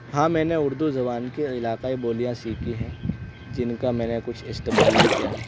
ہاں میں نے اردو زبان کے علاقائی بولیاں سیکھی ہیں جن کا میں نے کچھ استعمال بھی کیا ہے